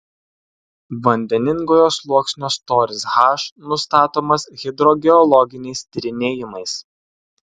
vandeningojo sluoksnio storis h nustatomas hidrogeologiniais tyrinėjimais